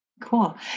Cool